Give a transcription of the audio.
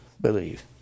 believe